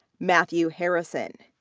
matthew harrison.